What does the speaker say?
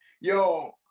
yo